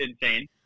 insane